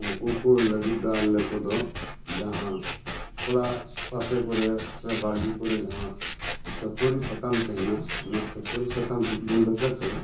ᱩᱱᱠᱩ ᱠᱚ ᱞᱟᱹᱜᱤᱫ ᱫᱚ ᱟᱞᱮ ᱠᱚᱫᱚ ᱡᱟᱸᱦᱟ ᱚᱲᱟᱜ ᱯᱟᱥᱮ ᱠᱚᱨᱮ ᱥᱮ ᱵᱟᱹᱲᱜᱤ ᱠᱚᱨᱮ ᱡᱟᱦᱟ ᱥᱟᱹᱯᱟᱹᱨᱤ ᱥᱟᱠᱟᱢ ᱛᱟᱦᱮᱱᱟ ᱚᱱᱟ ᱥᱟᱹᱯᱟᱹᱨᱤ ᱥᱟᱠᱟᱢ ᱨᱤᱫ ᱜᱩᱰᱟᱹ ᱠᱟᱛᱮ